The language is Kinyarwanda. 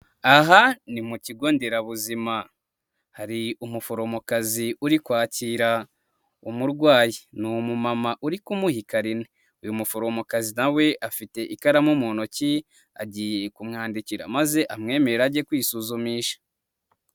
Aha ni mu kigo nderabuzima hari umuforomokazi uri kwakira umurwayi. Ni umumama uri kumuha ikarin. Uyu muforomokazi afite ikaramu mu ntoki agiye kumwandikira maze amwemerera ajye kwisuzumisha.